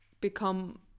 become